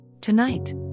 Tonight